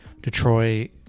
Detroit